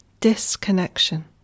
Disconnection